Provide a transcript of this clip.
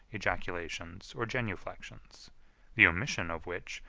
ejaculations, or genuflections the omission of which,